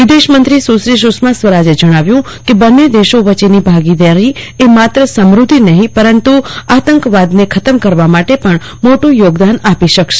વિદેશમંત્રી સુશ્રી સુષ્મા સ્વરાજે જણાવ્યું કે બંને દેશો વચ્ચેની ભાગીદારી એ માત્ર સમૃદ્ધિ નહીં પરંતુ આતંકવાદને ખતમ કરવા માટે પણ મોટું યોગદાન આપી શકશે